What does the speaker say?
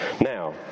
Now